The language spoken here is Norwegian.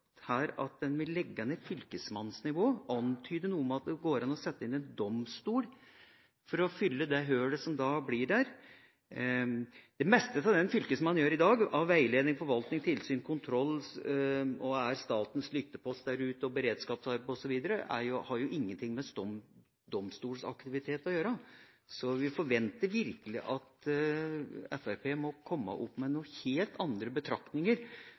her at det vil legge ned fylkesmannsnivået. Det antyder noe om at det går an å sette inn en domstol for å fylle det hullet som da blir der. Det meste av det en fylkesmann gjør i dag av veiledning, forvaltning, tilsyn, kontroll, som statens lyttepost der ute, og av beredskapsarbeid osv., har jo ingen ting med domstolaktivitet å gjøre. Så vi forventer virkelig at Fremskrittspartiet kommer opp med noen helt andre betraktninger